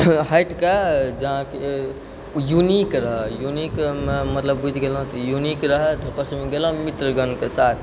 हटिकऽ जहाँ कि यूनिक रह यूनिक मतलब बुझि गेलहुँ तऽ यूनिक रहैए तऽ ओकर सबके सङ्गे गेलहुँ मित्रगणके साथ